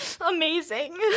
amazing